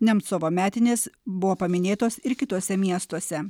nemcovo metinės buvo paminėtos ir kituose miestuose